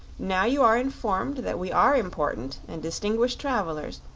now you are informed that we are important and distinguished travelers,